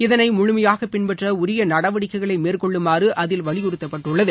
இதனை முழுமையாக பின்பற்ற உரிய நடவடிக்கைகளை மேற்கொள்ளுமாறு அதில் வலியுறுத்தப்பட்டுள்ளது